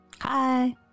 Hi